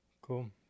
cool